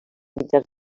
mitjans